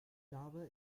java